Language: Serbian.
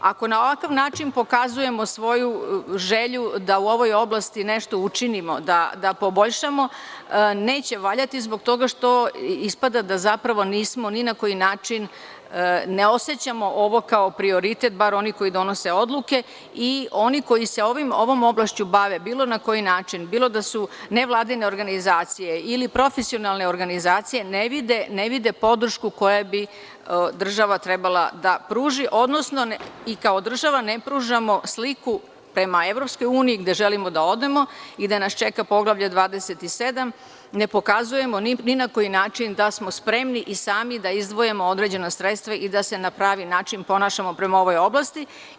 Ako na ovakav način pokazujemo svoju želju da u ovoj oblasti nešto učinimo, da poboljšamo, neće valjati, zbog toga što ispada da zapravo ni na koji način ne osećamo ovo kao prioritet, bar oni koji donose odluke i oni koji se ovom oblašću bave, na bilo koji način, bilo da su nevladine organizacije ili profesionalne organizacije, ne vide podršku koju bi država trebalo da pruži, odnosno kao država ne pružamo sliku prema EU, gde želimo da odemo i gde nas čeka Poglavlje 27, ne pokazujemo ni na koji način da smo spremni i sami da izdvojimo određena sredstva i da se na pravi način ponašamo prema ovoj oblasti.